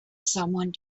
someone